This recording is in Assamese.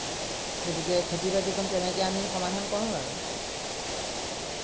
গতিকে খেতি বাতিকণ তেনেকে আমি সমাধা কৰোঁ আৰু